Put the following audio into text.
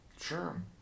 Sure